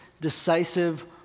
decisive